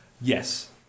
Yes